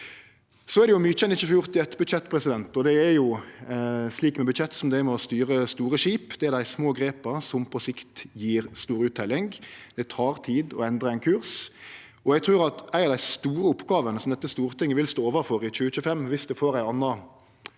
får gjort i eitt budsjett. Det er jo slik med budsjett som det er med å styre store skip. Det er dei små grepa som på sikt gjev stor utteljing. Det tek tid å endre ein kurs. Eg trur at ei av dei store oppgåvene som dette stortinget vil stå overfor i 2005, dersom det får ei anna